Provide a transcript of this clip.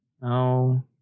No